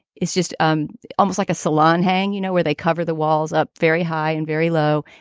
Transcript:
it's just um almost like a salon hang, you know, where they cover the walls up very high and very low.